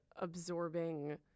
absorbing